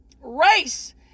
race